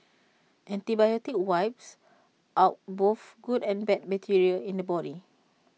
antibiotics wipes out both good and bad bacteria in the body